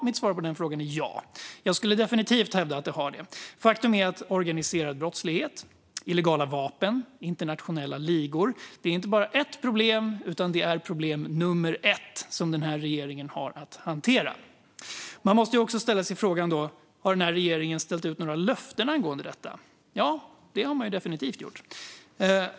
Mitt svar på den frågan är ja. Jag skulle definitivt hävda att det har det. Faktum är att organiserad brottslighet, illegala vapen och internationella ligor inte bara är ett problem, utan det är problem nummer ett som denna regering har att hantera. Man måste också ställa sig frågan om regeringen har ställt ut några löften angående detta. Ja, det har den definitivt gjort.